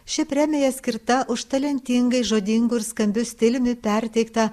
ši premija skirta už talentingai žodingu ir skambi stiliumi perteiktą